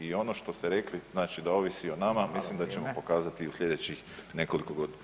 I ono što ste rekli da ovisi o nama mislim da ćemo pokazati u sljedećih nekoliko godina.